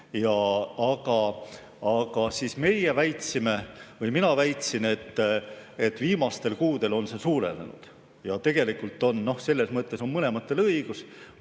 aastaga. Aga meie väitsime või mina väitsin, et viimastel kuudel on see suurenenud. Tegelikult selles mõttes on mõlemal õigus.